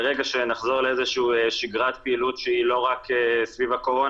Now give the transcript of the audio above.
ברגע שנחזור לאיזשהו שגרת פעילות שהיא לא רק סביב הקורונה,